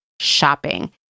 shopping